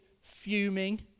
fuming